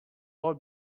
all